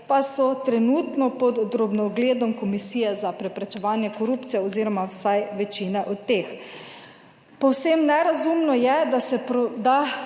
pa so trenutno pod drobnogledom Komisije za preprečevanje korupcije, oz. vsaj večine od teh. Povsem nerazumno je, da se